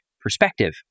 perspective